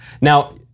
Now